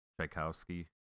Tchaikovsky